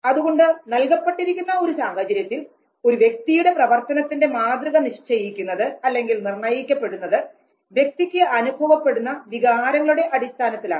അതുകൊണ്ട് നൽകപ്പെട്ടിരിക്കുന്ന ഒരു സാഹചര്യത്തിൽ ഒരു വ്യക്തിയുടെ പ്രവർത്തനത്തിന്റെ മാതൃക നിശ്ചയിക്കുന്നത് അല്ലെങ്കിൽ നിർണയിക്കപ്പെടുന്നത് വ്യക്തിയ്ക്ക് അനുഭവപ്പെടുന്ന വികാരങ്ങളുടെ അടിസ്ഥാനത്തിലാണ്